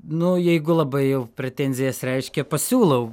nu jeigu labai jau pretenzijas reiškia pasiūlau